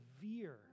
severe